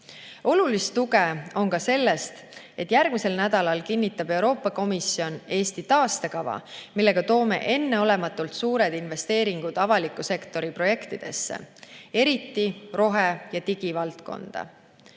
Olulist tuge on ka sellest, et järgmisel nädalal kinnitab Euroopa Komisjon Eesti taastekava, millega toome enneolematult suured investeeringud avaliku sektori projektidesse, eriti rohe- ja digivaldkonda.